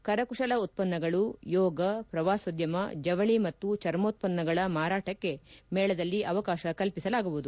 ಕರಕುಶಲ ಉತ್ಪನ್ನಗಳು ಯೋಗ ಪ್ರವಾಸೋದ್ಗಮ ಜವಳಿ ಮತ್ತು ಚರ್ಮೋತ್ಪನ್ನಗಳ ಮಾರಾಟಕ್ಕೆ ಮೇಳದಲ್ಲಿ ಅವಕಾಶ ಕಲ್ಪಿಸಲಾಗುವುದು